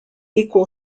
equal